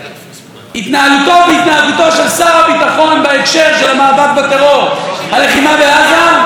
התנהלותו והתנהגותו של שר הביטחון בהקשר של המאבק בטרור והלחימה בעזה,